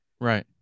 right